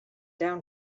down